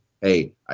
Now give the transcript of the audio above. hey